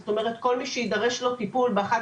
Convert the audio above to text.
זאת אומרת שכל מי שיידרש לו טיפול באחת